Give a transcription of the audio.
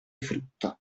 frutta